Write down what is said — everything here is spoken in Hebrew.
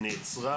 נעצרה,